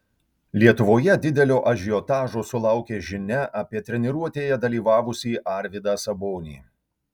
lietuvoje didelio ažiotažo sulaukė žinia apie treniruotėje dalyvavusį arvydą sabonį